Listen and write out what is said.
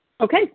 Okay